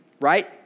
right